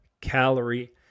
calorie